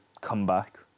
comeback